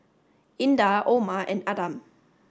Indah Omar and Adam